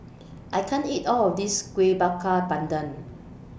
I can't eat All of This Kuih Bakar Pandan